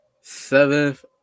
Seventh